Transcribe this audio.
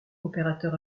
opérateur